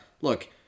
look